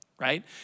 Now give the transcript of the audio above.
Right